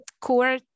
core